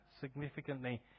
significantly